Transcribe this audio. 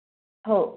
हो